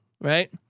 right